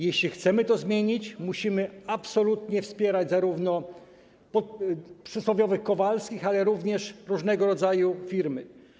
Jeśli chcemy to zmienić, musimy absolutnie wspierać zarówno przysłowiowych Kowalskich, jak i różnego rodzaju firmy.